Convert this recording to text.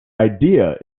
idea